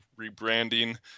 rebranding